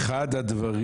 האם אי